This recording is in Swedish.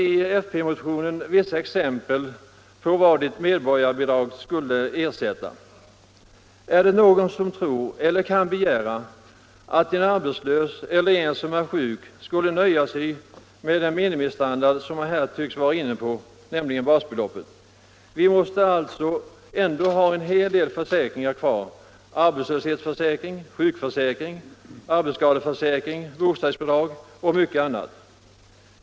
I fp-motionen anförs vissa exempel på vad ett medborgarbidrag skulle ersätta. Är det någon som tror eller ens kan begära att en arbetslös eller en som är sjuk skulle nöja sig med den minimistandard som man här tycks vara inne på, nämligen basbeloppet? Vi måste alltså ändå ha en hel del försäkringar kvar: arbetslöshetsförsäkring, sjukförsäkring, arbetsskadeförsäkring osv. Vidare måste vi ha kvar bostadsbidrag och mycket annat.